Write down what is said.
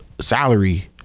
salary